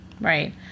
Right